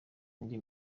indi